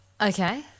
Okay